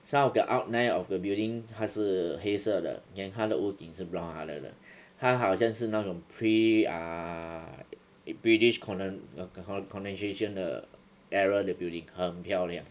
some of the outline of the building 它是黑色的 then 它的屋顶是 brown colour 的它好像是那种 pre ah british colo~ colonisation 的 era 的 building 很漂亮